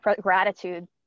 gratitude